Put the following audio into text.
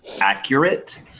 accurate